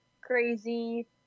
crazy